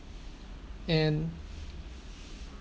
and